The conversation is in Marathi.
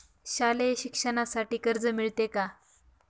शालेय शिक्षणासाठी कर्ज मिळते का?